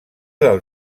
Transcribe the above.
del